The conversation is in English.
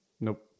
Nope